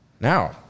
Now